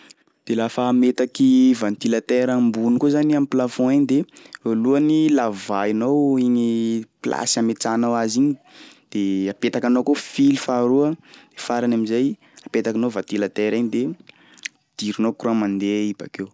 De lafa ametaky ventilateur ambony koa zany iha am'plafond egny de voalohany lavahinao igny plasy ametrahanao azy igny de apetakanao koa fily faharoa, farany am'zay apetakinao ventilateur igny de dirinao courant mandeha i bakeo.